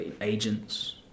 agents